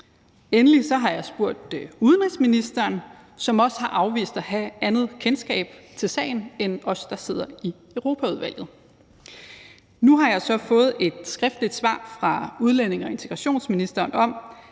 Endelig har jeg spurgt udenrigsministeren, som også har afvist at have andet kendskab til sagen end os, der sidder i Europaudvalget. Nu har jeg så fået et skriftligt svar fra udlændinge- og integrationsministeren om,